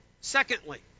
secondly